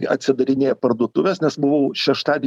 atsidarinėja parduotuvės nes buvau šeštadienį